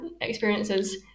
experiences